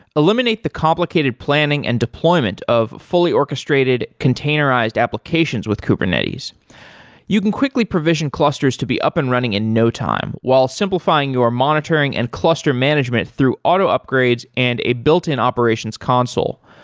eliminate the complicated planning and deployment of fully orchestrated containerized applications with kubernetes you can quickly provision clusters to be up and running in no time, while simplifying your monitoring and cluster management through auto upgrades and a built-in operations console.